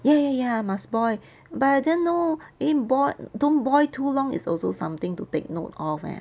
ya ya ya must boil but I didn't know eh boil don't boil too long is also something to take note of leh